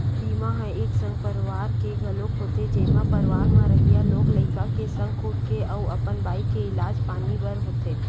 बीमा ह एक संग परवार के घलोक होथे जेमा परवार म रहइया लोग लइका के संग खुद के अउ अपन बाई के इलाज पानी बर होथे